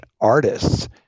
artists